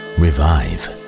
revive